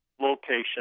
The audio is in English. location